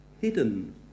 hidden